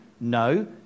No